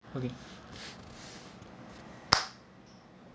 okay